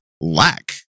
lack